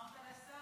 אז אמרת לשר,